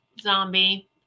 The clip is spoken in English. zombie